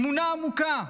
אמונה עמוקה,